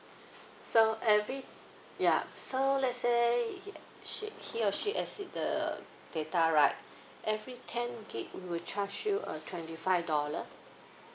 so every ya so let's say she he or she exceed the data right every ten gigabyte we'll charge you a twenty five dollar